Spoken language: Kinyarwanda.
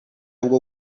bwo